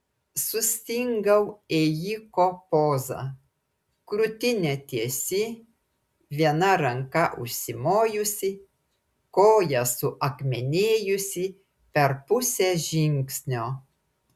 sustingau ėjiko poza krūtinė tiesi viena ranka užsimojusi koja suakmenėjusi per pusę žingsnio